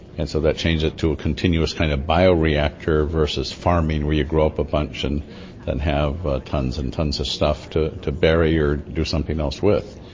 and so that changes it to a continuous kind of bioreactor versus farming where you grow up a bunch and then have tonnes and tonnes of stuff to to bury or do something else with.